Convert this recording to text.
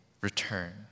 return